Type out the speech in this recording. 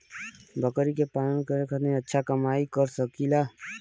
बकरी के पालन करके अच्छा कमाई कर सकीं ला?